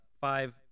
five